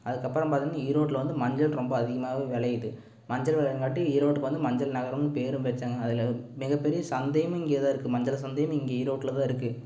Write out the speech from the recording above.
அதுக்கப்புறம் பார்த்தீங்கன்னா ஈரோட்டில் வந்து மஞ்சள் ரொம்ப அதிகமாகவே விளையுது மஞ்சள் விளையங்காட்டி ஈரோட்டுக்கு வந்து மஞ்சள் நகரம்னு பேரும் வைச்சாங்க அதில் மிகப்பெரிய சந்தையுமே இங்கே தான் இருக்குது மஞ்சள் சந்தையும் இங்கே ஈரோட்டில் தான் இருக்குது